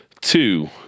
Two